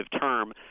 term